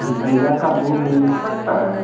गैया का दूध मिल सकता है